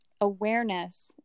awareness